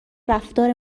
رفتار